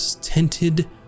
tinted